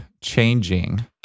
changing